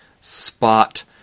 spot